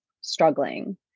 struggling